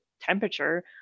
temperature